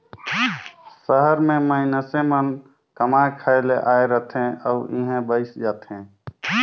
सहर में मइनसे मन कमाए खाए ले आए रहथें अउ इहें बइस जाथें